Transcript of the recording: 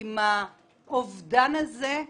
עם האובדן הזה,